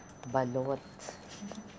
balot